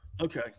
Okay